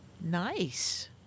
Nice